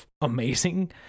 amazing